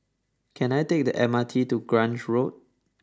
can I take the M R T to Grange Road